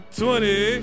twenty